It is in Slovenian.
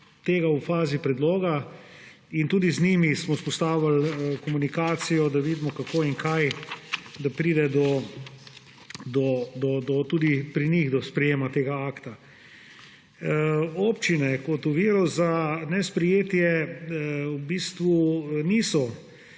tega v fazi predloga in tudi z njimi smo vzpostavili komunikacijo, da vidimo, kako in kaj, da pride tudi pri njih do sprejetja tega akta. Občine kot oviro za nesprejetje v bistvu niso